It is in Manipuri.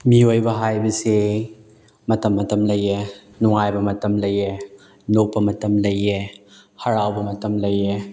ꯃꯤꯑꯣꯏꯕ ꯍꯥꯏꯕꯁꯦ ꯃꯇꯝ ꯃꯇꯝ ꯂꯩꯌꯦ ꯅꯨꯡꯉꯥꯏꯕ ꯃꯇꯝ ꯂꯩꯌꯦ ꯅꯣꯛꯄ ꯃꯇꯝ ꯂꯩꯌꯦ ꯍꯔꯥꯎꯕ ꯃꯇꯝ ꯂꯩꯌꯦ